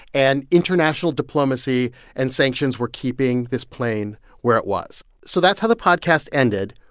and international diplomacy and sanctions were keeping this plane where it was. so that's how the podcast ended.